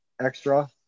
extra